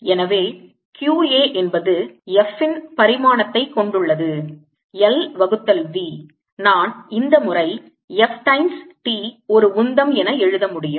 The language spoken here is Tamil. எனவே q A என்பது Fன் பரிமாணத்தைக் கொண்டுள்ளது L வகுத்தல் v நான் இந்த முறை F டைம்ஸ் t ஒரு உந்தம் என எழுத முடியும்